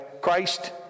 Christ